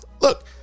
look